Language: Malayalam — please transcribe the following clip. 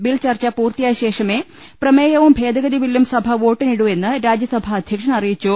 ബിൽചർച്ച പൂർത്തിയായ ശേഷമേ പ്രമേയവും ഭേദഗതിബില്ലും സഭ വോട്ടിനിടൂ എന്ന് രാജ്യസഭാ അധ്യ ക്ഷൻ അറിയിച്ചു